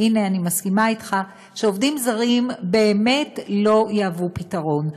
אני מסכימה אתך שעובדים זרים באמת לא יהוו פתרון.